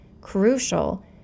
crucial